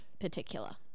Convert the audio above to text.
particular